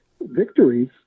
victories